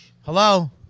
Hello